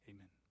Amen